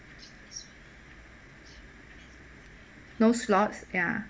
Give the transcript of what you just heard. no slots ya